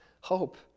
hope